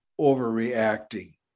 overreacting